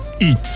eat